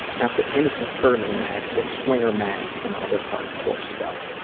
not the innocent girly mags, but swinger mags and other hardcore stuff.